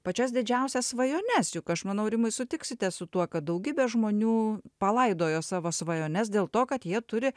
pačias didžiausias svajones juk aš manau rimai sutiksite su tuo kad daugybė žmonių palaidojo savo svajones dėl to kad jie turi